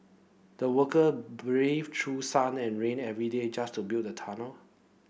the worker braved through sun and rain every day just to build the tunnel